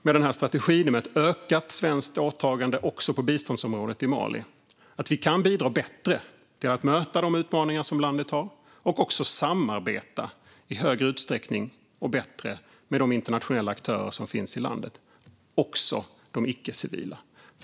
Med denna strategi och ett ökat svenskt åtagande också på biståndsområdet i Mali tror jag att vi kan bidra bättre till att möta de utmaningar som landet har och också samarbeta i större utsträckning och bättre med de internationella aktörer som finns i landet, även de icke-civila.